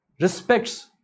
respects